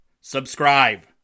Subscribe